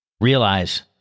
Realize